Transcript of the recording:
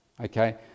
okay